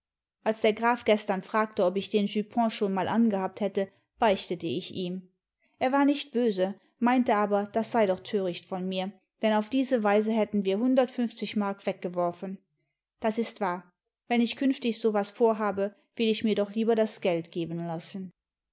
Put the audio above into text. als der graf gestern fragte ob ich den jupon schon mal angehabt hätte beichtete ich ihm er war nicht böse meinte aber das sei doch töricht von mir denn auf diese weise hätten wir hundertundfünfzig mark weggeworfen das ist wahr wenn ich künftig so was vorhabe will idi mir doch lieber das geld geben lassen